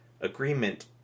agreement